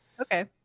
Okay